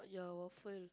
ya waffle